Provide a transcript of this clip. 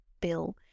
bill